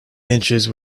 inches